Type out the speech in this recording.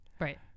Right